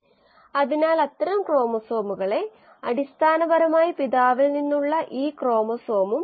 ഇത് നമുക്ക് ലഭ്യമായ ഫയലിൽ നിന്നാണ് വെബ്സൈറ്റുകൾ വീഡിയോകൾ പേപ്പറുകൾ എന്നിവ ശുപാർശ ചെയ്യുന്നു